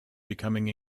becoming